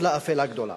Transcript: נפלה אפלה גדולה.